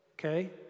okay